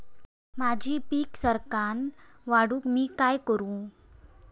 माझी पीक सराक्कन वाढूक मी काय करू?